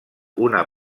una